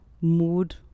mood